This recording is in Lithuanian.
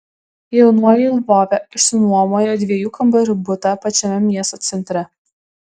jaunuoliai lvove išsinuomojo dviejų kambarių butą pačiame miesto centre